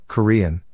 Korean